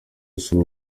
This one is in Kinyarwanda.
usure